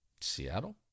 Seattle